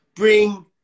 bring